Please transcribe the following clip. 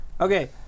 Okay